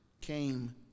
came